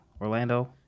Orlando